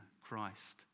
Christ